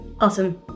Awesome